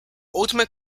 ultimate